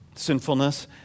sinfulness